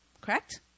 Correct